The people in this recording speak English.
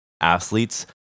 athletes